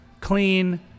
clean